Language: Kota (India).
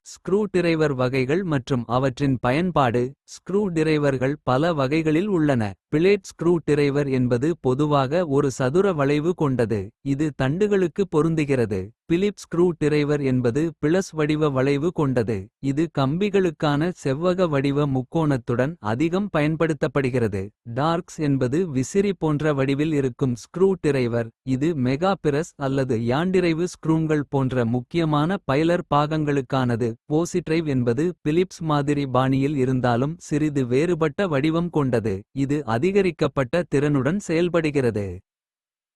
Screw driver வகைகள் மற்றும் அவற்றின் பயன்பாடு. ஸ்க்ரூ டிரைவர்கள் பல வகைகளில் உள்ளன. பிளேட் ஸ்க்ரூ டிரைவர் என்பது பொதுவாக ஒரு. சதுர வளைவு கொண்டது இது தண்டுகளுக்கு பொருந்துகிறது. பிலிப் ஸ்க்ரூ டிரைவர் என்பது பிளஸ் வடிவ வளைவு கொண்டது. இது கம்பிகளுக்கான செவ்வக வடிவ முக்கோணத்துடன் அதிகம். பயன்படுத்தப்படுகிறது டார்க்ஸ் என்பது விசிறி போன்ற. வடிவில் இருக்கும் ஸ்க்ரூ டிரைவர் இது மெகா பிரஸ் அல்லது. யாண்டிரைவு ஸ்க்ரூங்கள் போன்ற முக்கியமான பைலர். பாகங்களுக்கானது போசிட்ரைவ் என்பது பிலிப்ப்ஸ் மாதிரி. பாணியில் இருந்தாலும் சிறிது வேறுபட்ட வடிவம் கொண்டது. இது அதிகரிக்கப்பட்ட திறனுடன் செயல்படுகிறது.